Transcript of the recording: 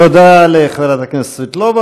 תודה לחברת הכנסת סבטלובה.